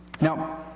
Now